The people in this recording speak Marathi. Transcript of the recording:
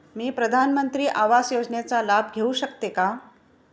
मी प्रधानमंत्री आवास योजनेचा लाभ घेऊ शकते का?